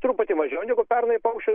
truputį mažiau negu pernai paukščių